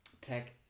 tech